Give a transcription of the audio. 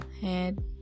head